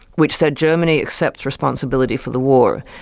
which said germany accepts responsibility for the war.